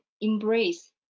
embrace